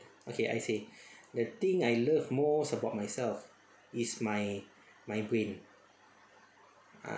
okay I say the thing I love most about myself is my my brain ah